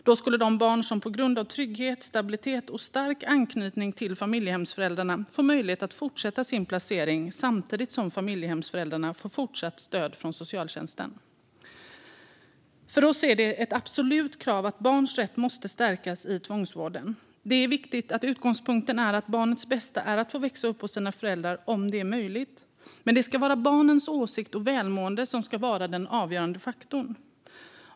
Då skulle de barn som upplever trygghet, stabilitet och stark anknytning till familjehemsföräldrarna få möjlighet att fortsätta sin placering, samtidigt som familjehemsföräldrarna får fortsatt stöd från socialtjänsten. För oss är det ett absolut krav att barns rätt måste stärkas i tvångsvården. Det är viktigt att utgångspunkten är att barnets bästa är att få växa upp hos sina föräldrar, om det är möjligt. Men det är barnens åsikt och välmående som ska vara den avgörande faktorn.